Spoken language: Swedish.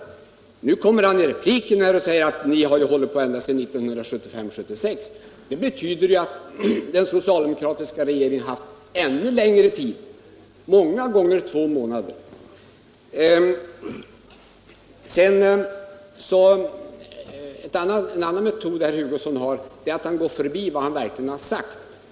Sedan kommer han tillbaka i en replik och bekräftar att vi har hållit på ända sedan 1975 och 1976. Det betyder ju att den socialdemokratiska regeringen har haft ännu längre tid på sig, dvs. många gånger två månader. En annan metod som herr Hugosson har är att gå förbi vad han verkligen har sagt.